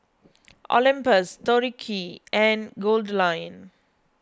Olympus Tori Q and Goldlion